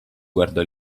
guardò